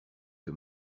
que